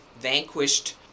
vanquished